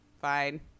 Fine